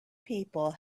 people